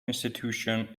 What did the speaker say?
institution